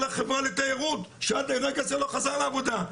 החברה לתיירות שעד לרגע זה לא חזר לעבודה,